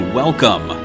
welcome